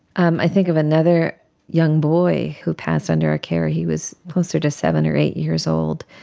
um i think of another young boy who passed under our care, he was closer to seven or eight years old,